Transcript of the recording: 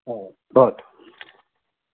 आ भवतु